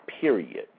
period